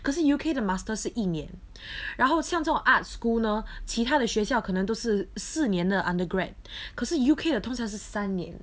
可是 U_K 的 masters 是一年然后像这种 art school 呢其他的学校可能都是四年的 undergrad 可是 U_K 的通常是三年